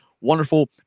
wonderful